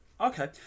Okay